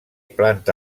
planta